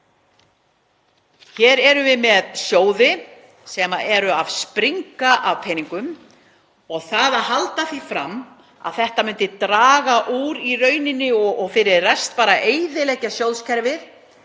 Hér erum við með sjóði sem eru að springa af peningum og við þá sem halda því fram að þetta myndi draga úr og fyrir rest eyðileggja sjóðakerfið